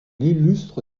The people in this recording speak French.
illustre